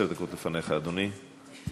עשר דקות לפניך, אדוני.